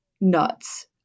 nuts